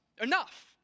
enough